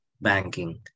banking